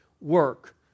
work